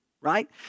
right